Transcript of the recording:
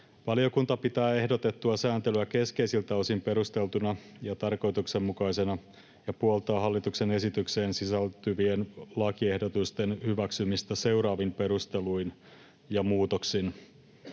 Valiokunta pitää ehdotettua sääntelyä keskeisiltä osin perusteltuna ja tarkoituksenmukaisena ja puoltaa hallituksen esitykseen sisältyvien lakiehdotusten hyväksymistä seuraavin perusteluin ja muutoksin: